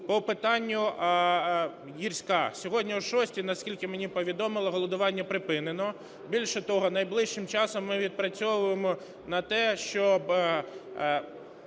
По питанню "Гірська". Сьогодні о шостій, наскільки мені повідомили, голодування припинено. Більше того, найближчим часом ми відпрацьовуємо на те, щоб